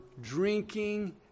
drinking